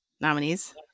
nominees